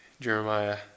Jeremiah